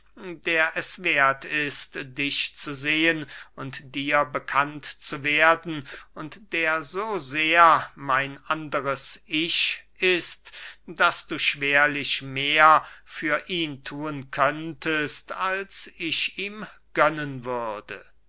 der es werth ist dich zu sehen und dir bekannt zu werden und der so sehr mein anderes ich ist daß du schwerlich mehr für ihn thun könntest als ich ihm gönnen würde